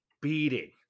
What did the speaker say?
beating